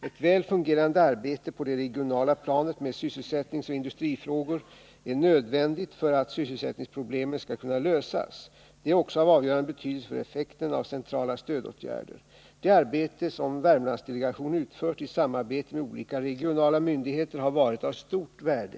Ett väl fungerande arbete på det regionala planet med sysselsättningsoch industrifrågor är nödvändigt för att sysselsättningsproblemen skall kunna lösas. Det är också av avgörande betydelse för effekten av centrala stödåtgärder. Det arbete som Värmlandsdelegationen utfört i samarbete med olika regionala myndigheter har varit av stort värde.